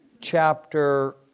chapter